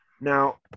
Now